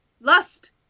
Lust